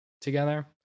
together